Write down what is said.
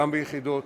גם ביחידות